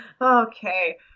Okay